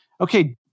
Okay